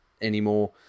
anymore